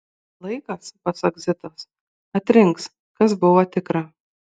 laikas pasak zitos atrinks kas buvo tikra